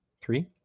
three